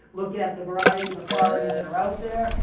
look at the variety of authorities that are out there.